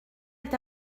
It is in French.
est